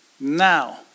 now